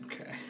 Okay